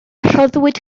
rhoddwyd